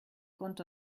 quand